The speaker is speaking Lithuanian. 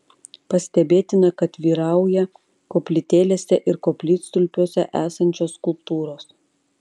pastebėtina kad vyrauja koplytėlėse ir koplytstulpiuose esančios skulptūros